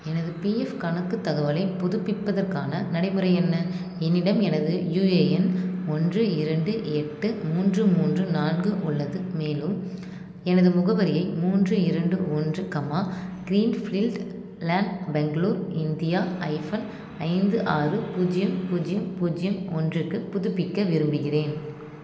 எனது பிஎஃப் கணக்கு தகவலை புதுப்பிப்பதற்கான நடைமுறை என்ன என்னிடம் எனது யுஏஎன் ஒன்று இரண்டு எட்டு மூன்று மூன்று நான்கு உள்ளது மேலும் எனது முகவரியை மூன்று இரண்டு ஒன்று கமா க்ரீட்ஃபீல்ட் லேம்ப் பெங்களூர் இந்தியா ஹைஃபன் ஐந்து ஆறு பூஜ்ஜியம் பூஜ்ஜியம் பூஜ்ஜியம் ஒன்றிற்கு புதுப்பிக்க விரும்புகிறேன்